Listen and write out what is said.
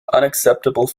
unacceptable